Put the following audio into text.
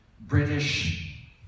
British